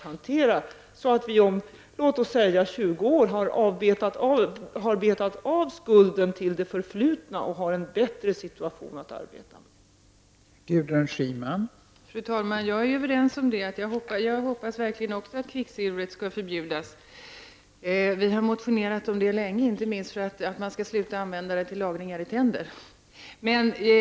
Om låt oss säga 20 år kommer vi att ha betat av skulden på grund av förflutna tiders försummelser och där med vara i en bättre situation.